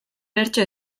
bertso